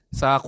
sa